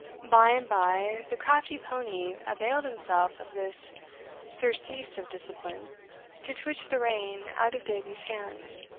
by and by, the crafty pony availed himself of this surcease of discipline to twitch the rein out of davies hands,